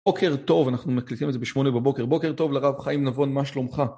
בוקר טוב, אנחנו מקליטים את זה בשמונה בבוקר, בוקר טוב לרב חיים נבון מה שלומך?